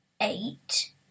eight